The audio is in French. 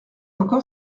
encore